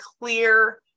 clear